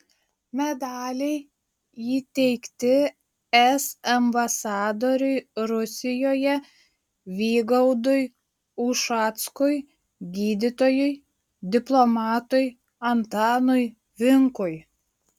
medaliai įteikti es ambasadoriui rusijoje vygaudui ušackui gydytojui diplomatui antanui vinkui